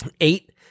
eight